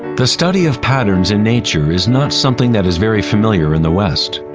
the study of patterns in nature is not something that is very familiar in the west,